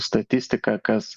statistika kas